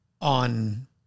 on